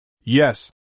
Yes